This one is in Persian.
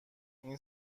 این